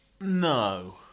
No